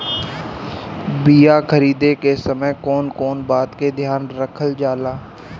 बीया खरीदे के समय कौन कौन बात के ध्यान रखल जाला?